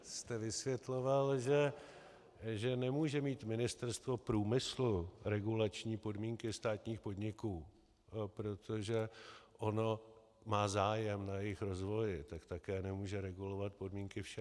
Jste vysvětloval, že nemůže mít Ministerstvo průmyslu regulační podmínky státních podniků, protože ono má zájem na jejich rozvoji, tak také nemůže regulovat podmínky své.